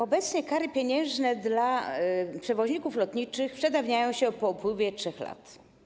Obecne kary pieniężne dla przewoźników lotniczych przedawniają się po upływie 3 lat.